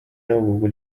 nõukogu